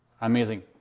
amazing